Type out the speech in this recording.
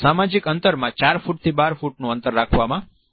સામાજિક અંતર માં 4 ફૂટ થી 12 ફૂટ નું અંતર રાખવામાં આવે છે